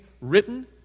written